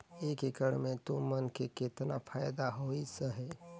एक एकड़ मे तुमन के केतना फायदा होइस अहे